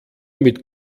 mit